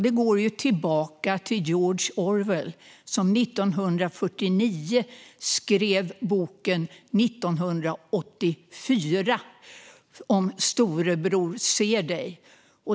Det går tillbaka till George Orwell, som 1949 skrev boken 1984 om att Storebror ser dig.